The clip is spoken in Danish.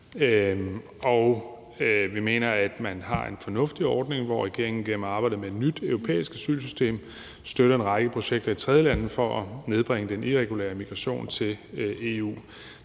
og vi mener, at man har en fornuftig ordning, hvor regeringen gennem arbejdet med et nyt europæisk asylsystem støtter en række projekter i tredjelande for at nedbringe den irregulære migration til EU.